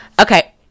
Okay